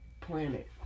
planet